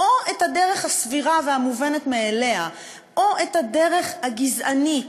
או הדרך הסבירה והמובנת מאליה או הדרך הגזענית,